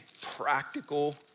practical